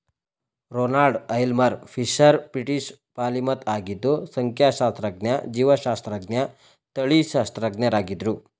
Ronald Aylmer Fisher British polymath ಆಗಿದ್ದು ಸಂಖ್ಯಾಶಾಸ್ತ್ರಜ್ಞ ಜೀವಶಾಸ್ತ್ರಜ್ಞ ತಳಿಶಾಸ್ತ್ರಜ್ಞರಾಗಿದ್ರು